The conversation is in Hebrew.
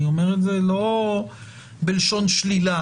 אני אומר את זה לא בלשון שלילה.